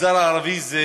המגזר הערבי זה